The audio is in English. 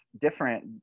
different